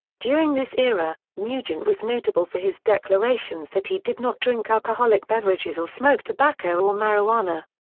during this era, nugent was notable for his declarations that he did not drink alcoholic beverages or smoke tobacco or marijuana.